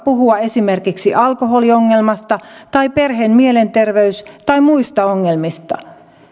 puhua esimerkiksi alkoholiongelmasta tai perheen mielenterveys tai muista ongelmista